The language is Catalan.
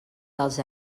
dels